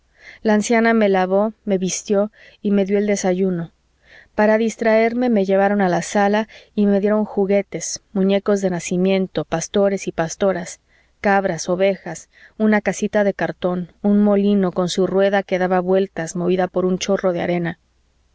la anciana me lavó me vistió y me dió el desayuno para distraerme me llevaron a la sala y me dieron juguetes muñecos de nacimiento pastores y pastoras cabras ovejas una casita de cartón un molino con su rueda que daba vueltas movida por un chorro de arena